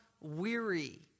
weary